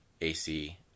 AC